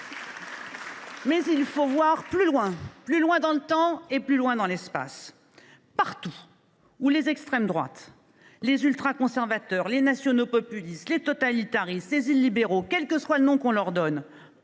Mais il faut voir plus loin, tant dans le temps que dans l’espace. Partout où les extrêmes droites, les ultraconservateurs, les nationaux populistes, les totalitaristes, les illibéraux – quel que soit le nom qu’on leur donne